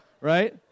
Right